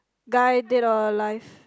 guy dead or alive